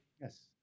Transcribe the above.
yes